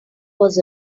was